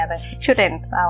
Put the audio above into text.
students